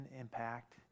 impact